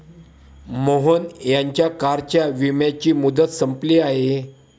मोहन यांच्या कारच्या विम्याची मुदत संपली आहे